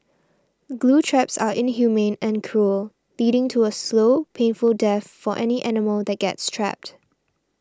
glue traps are inhumane and cruel leading to a slow painful death for any animal that gets trapped